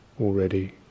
already